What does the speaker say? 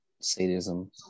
sadism